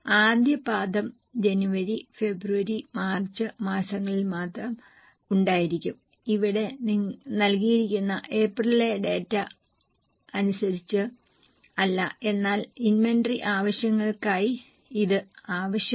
ആദ്യ പാദം ജനുവരി ഫെബ്രുവരി മാർച്ച് മാസങ്ങളിൽ മാത്രം ഉണ്ടാക്കും ഇവിടെ നൽകിയിരിക്കുന്ന ഏപ്രിലിലെ ഡാറ്റ അത്തരത്തിലുള്ളതല്ല എന്നാൽ ഇൻവെന്ററി ആവശ്യങ്ങൾക്കായി ഇത് ആവശ്യമാണ്